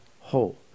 whole